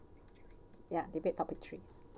debate topic three